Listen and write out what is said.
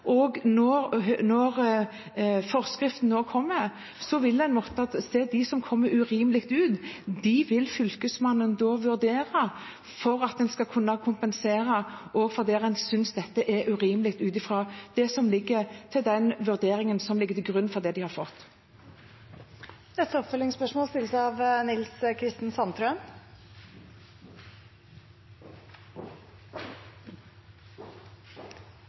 Når forskriften kommer, vil en måtte se på dem som kommer urimelig ut. Dem vil Fylkesmannen da vurdere for at en skal kunne kompensere der en ser at dette er urimelig ut fra den vurderingen som ligger til grunn for det de har fått. Nils Kristen Sandtrøen – til oppfølgingsspørsmål.